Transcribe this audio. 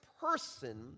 person